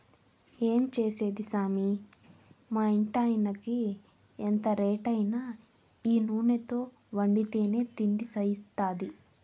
ఏం చేసేది సామీ మా ఇంటాయినకి ఎంత రేటైనా ఈ నూనెతో వండితేనే తిండి సయిత్తాది